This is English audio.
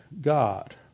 God